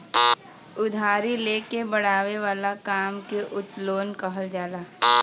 उधारी ले के बड़ावे वाला काम के उत्तोलन कहल जाला